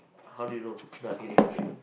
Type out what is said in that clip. how did you know no I'm kidding I'm kidding